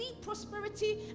prosperity